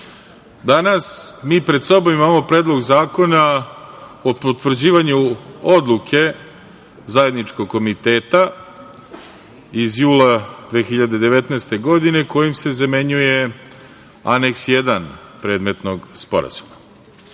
mi pred sobom imamo Predlog zakona o potvrđivanju Odluke Zajedničkog komiteta iz jula 2019. godine kojim se zamenjuje Aneks 1. predmetnog sporazuma. Ovaj